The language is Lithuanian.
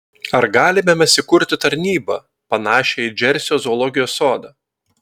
ar galime mes įkurti tarnybą panašią į džersio zoologijos sodą